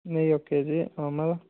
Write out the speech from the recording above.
నెయ్యి ఒక కేజీ మళ్ళీ